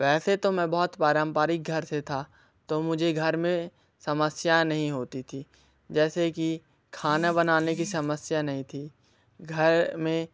वैसे तो मैं बहुत पारंपारिक घर से था तो मुझे घर में समस्या नहीं होती थी जैसे कि खाना बनाने की समस्या नहीं थी घर में